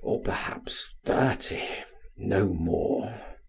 or perhaps thirty no more.